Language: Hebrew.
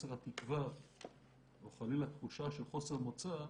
חוסר התקווה או חלילה תחושה של חוסר מוצא,